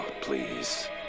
please